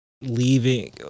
leaving